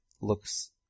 looks